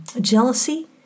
jealousy